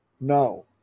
No